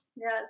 Yes